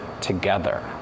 together